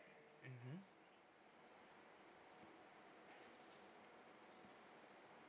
mmhmm